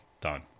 done